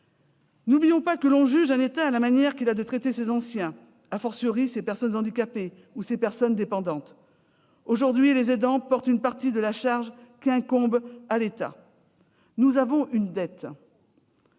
N'oublions pas que l'on juge un État à sa manière de traiter les anciens et,, les personnes handicapées ou dépendantes. Aujourd'hui, les aidants supportent une partie de la charge qui incombe à l'État. Nous avons une dette